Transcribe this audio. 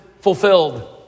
fulfilled